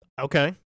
Okay